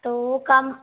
तो कम